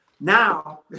Now